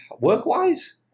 work-wise